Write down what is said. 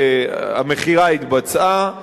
המכירה התבצעה,